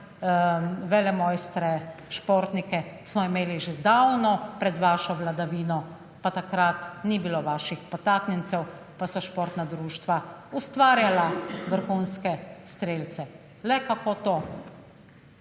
velemojstre športnike smo imeli že davno pred vašo vladavino, pa takrat ni bilo vaših podtaknjencev, pa so športna društva ustvarjala vrhunske strelce. Le kako to?